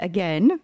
Again